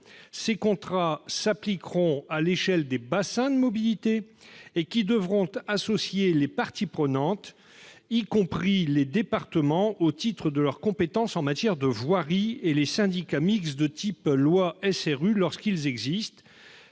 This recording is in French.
Ces contrats s'appliqueront à l'échelle des bassins de mobilité et devront associer toutes les parties prenantes, y compris les départements, au titre de leur compétence en matière de voirie, et les syndicats mixtes SRU, lorsqu'ils existent.